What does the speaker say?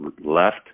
left